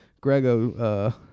Grego